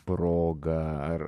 proga ar